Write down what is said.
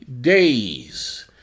days